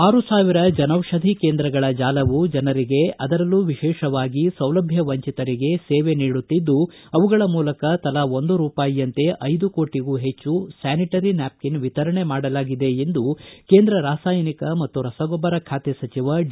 ಆರು ಸಾವಿರ ಜನೌಷಧಿ ಕೇಂದ್ರಗಳ ಜಾಲವು ಜನರಿಗೆ ಅದರಲ್ಲೂ ವಿಶೇಷವಾಗಿ ಸೌಲಭ್ಯ ವಂಚಿತರಿಗೆ ಸೇವೆ ನೀಡುತ್ತಿದ್ದು ಅವುಗಳ ಮೂಲಕ ತಲಾ ಒಂದು ರೂಪಾಯಿಯಂತೆ ಐದು ಕೋಟಿಗೂ ಅಧಿಕ ಸ್ಯಾನಿಟರಿ ನ್ಯಾಪಕಿನ್ ವಿತರಣೆ ಮಾಡಲಾಗಿದೆ ಎಂದು ಕೇಂದ್ರ ರಾಸಾಯನಿಕ ಮತ್ತು ರಸಗೊಬ್ಬರ ಖಾತೆ ಸಚಿವ ಡಿ